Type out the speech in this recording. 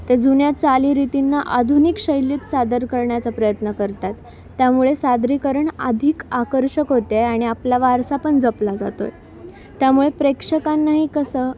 त्या जुन्या चालीरीतींना आधुनिक शैलीत सादर करण्याचा प्रयत्न करतात त्यामुळे सादरीकरण अधिक आकर्षक होते आहे आणि आपला वारसा पण जपला जातो आहे त्यामुळे प्रेक्षकांनाही कसं